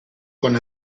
con